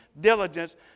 diligence